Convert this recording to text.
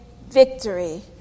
victory